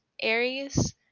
aries